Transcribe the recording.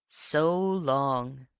so long,